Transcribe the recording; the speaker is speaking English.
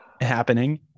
happening